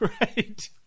right